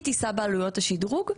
היא תישא בעליות השדרוג.